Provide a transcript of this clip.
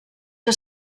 que